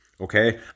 okay